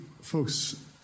folks